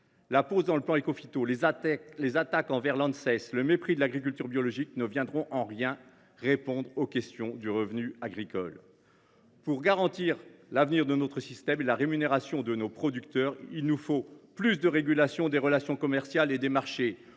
La pause dans le plan Écophyto, les attaques envers l’Anses, le mépris de l’agriculture biologique ne répondront en rien à la question du revenu agricole. Pour garantir l’avenir de notre système et la rémunération de nos producteurs, il nous faut plus de régulation des relations commerciales et des marchés,